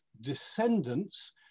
descendants